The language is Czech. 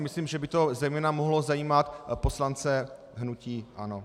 Myslím, že by to zejména mohlo zajímat poslance hnutí ANO.